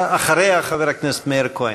אחריה, חבר הכנסת מאיר כהן.